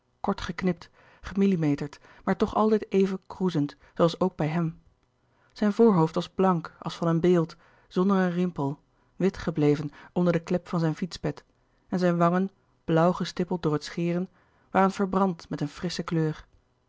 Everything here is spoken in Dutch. der kleine zielen meterd maar toch altijd even kroezend zooals ook bij hem zijn voor hoofd was blank als van een beeld zonder een rimpel wit gebleven onder den klep van zijn fietspet en zijn wangen blauw gestippeld door het scheren waren verbrand met een frische kleur